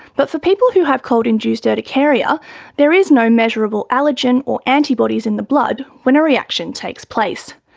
but for people who have cold induced urticaria there is no measurable allergen or antibodies in the blood when a reaction takes place.